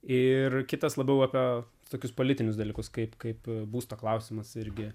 ir kitas labiau apie tokius politinius dalykus kaip kaip būsto klausimas irgi